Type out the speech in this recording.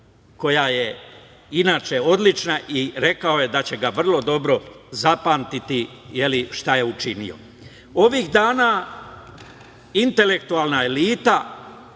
koja je inače odlična, i rekao je da će ga vrlo dobro zapamtiti, šta je učinio. Ovih dana intelektualna elita